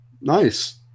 nice